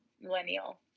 millennial